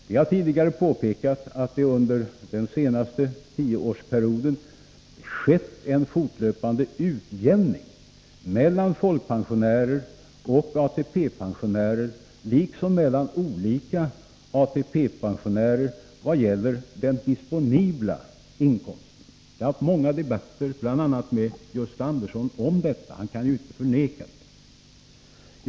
Vi har tidigare påpekat att det under den senaste tioårsperioden skett en fortlöpande utjämning mellan folkpensionärer och ATP-pensionärer liksom mellan olika ATP-pensionärer vad gäller den disponibla inkomsten. Jag har haft många debatter med bl.a. Gösta Andersson om detta, och han kan ju inte förneka att det skett en sådan utjämning.